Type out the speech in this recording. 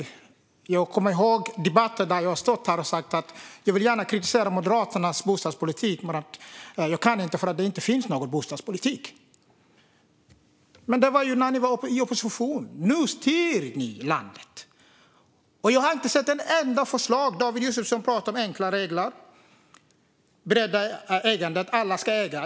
Men jag kommer ihåg debatter när jag har stått här och sagt att jag gärna vill kritisera Moderaternas bostadspolitik men att jag inte kan därför att det inte finns någon bostadspolitik. Det var när ni var i opposition, David Josefsson, men nu styr ni landet. Jag har inte sett ett enda förslag. David Josefsson pratar om enkla regler och breddat ägande och att alla ska äga.